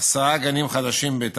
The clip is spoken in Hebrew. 10 גנים חדשים בתשע"ז,